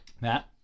Matt